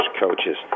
coaches –